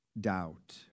doubt